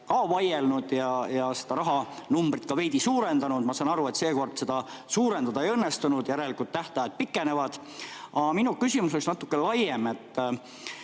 selle üle ja seda rahanumbrit ka veidi suurendasid. Ma saan aru, et seekord seda suurendada ei õnnestunud, järelikult tähtajad pikenevad. Aga minu küsimus on natuke laiem.